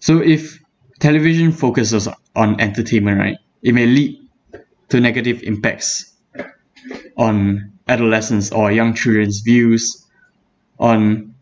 so if television focuses on entertainment right it may lead to negative impacts on adolescence or young children's views on